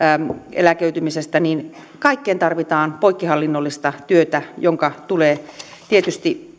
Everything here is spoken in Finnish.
eläköitymisestä niin kaikkeen tarvitaan poikkihallinnollista työtä jonka tulee tietysti